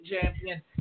Champion